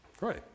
Right